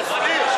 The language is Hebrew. שיסביר.